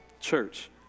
Church